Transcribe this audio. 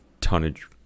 tonnage